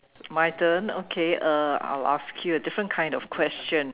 my turn okay uh I'll ask you a different kind of question